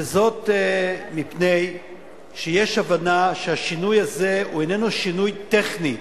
וזאת מפני שיש הבנה שהשינוי הזה הוא איננו שינוי טכני,